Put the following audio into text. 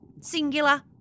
singular